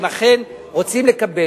אם אכן רוצים לקבל,